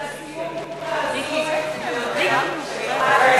זה הסיום ההזוי ביותר שקרה,